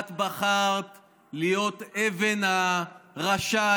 את בחרת להיות אבן הראשה,